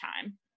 time